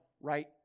right